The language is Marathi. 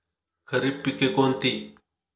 खरीप पिके कोणती?